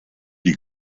die